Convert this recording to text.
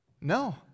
No